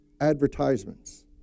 advertisements